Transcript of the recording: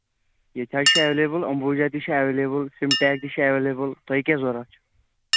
ییٚتہِ حظ چھُ ایٚویٚلیٚبٔل امبوٗجا تہِ چھُ ایٚویٚلیٚبٔل سنٹیکس تہِ چھُ ایویٚلیٚبٔل تۄہہِ کیٚاہ ضرورت چھُ